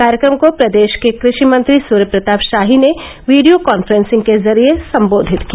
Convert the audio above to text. कार्यक्रम को प्रदेश के कृषि मंत्री सूर्य प्रताप शाही ने वीडियो कॉन्फ्रेंसिंग के जरिये सम्बोधित किया